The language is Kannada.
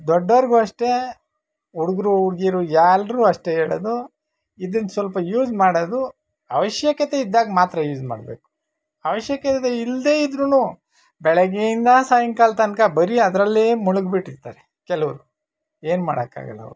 ದೊಡ್ಡೋರಿಗೂ ಅಷ್ಟೇ ಹುಡ್ಗ್ರು ಹುಡ್ಗೀರು ಎಲ್ರೂ ಅಷ್ಟೇ ಹೇಳೋದು ಇದನ್ನ ಸ್ವಲ್ಪ ಯೂಸ್ ಮಾಡೋದು ಅವಶ್ಯಕತೆ ಇದ್ದಾಗ ಮಾತ್ರ ಯೂಸ್ ಮಾಡಬೇಕು ಅವಶ್ಯಕತೆ ಇಲ್ಲದೆ ಇದ್ರೂ ಬೆಳಗ್ಗೆಯಿಂದ ಸಾಯಂಕಾಲ ತನಕ ಬರಿ ಅದರಲ್ಲೇ ಮುಳುಗಿಬಿಟ್ಟಿರ್ತಾರೆ ಕೆಲವ್ರು ಏನು ಮಾಡೋಕ್ಕಾಗಲ್ಲ ಅವ್ರಿಗೆ